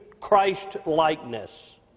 Christ-likeness